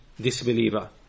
disbeliever